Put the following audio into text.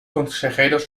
consejeros